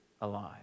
alive